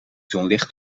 zonlicht